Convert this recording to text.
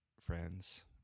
friends